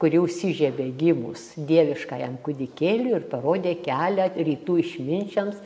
kuri užsižiebė gimus dieviškajam kūdikėliui ir parodė kelią rytų išminčiams